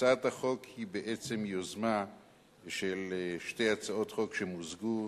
התשע"ב 2011. הצעת החוק היא בעצם יוזמה של שתי הצעות חוק שמוזגו,